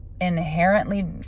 inherently